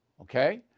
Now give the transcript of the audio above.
Okay